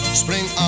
spring